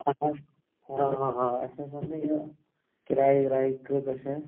اَہَن حظ آ آ اَسہِ حظ اوس یہِ کِراے وِراے کۭژاہ چھِ